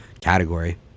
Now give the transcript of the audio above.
category